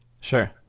sure